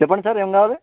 చెప్పండి సార్ ఏం కావాలి